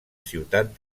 ciutat